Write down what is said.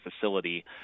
facility